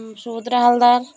Soudra Haldar